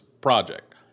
project